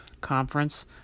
conference